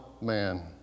man